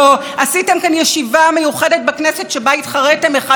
אחד בשני מי ישפיל ויבזה אותו יותר.